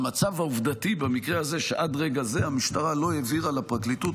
המצב העובדתי במקרה הזה הוא שעד רגע זה המשטרה לא העבירה לפרקליטות,